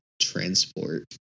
transport